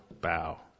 bow